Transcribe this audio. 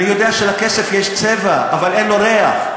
אני יודע שלכסף יש צבע אבל אין לו ריח.